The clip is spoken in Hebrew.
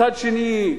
מצד שני,